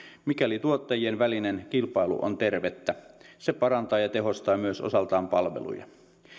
mikäli tuottajien välinen kilpailu on tervettä se myös parantaa ja tehostaa osaltaan palveluja